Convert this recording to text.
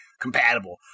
compatible